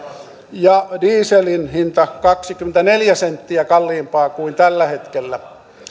ja dieselin hinta kaksikymmentäneljä senttiä kalliimpaa kuin tällä hetkellä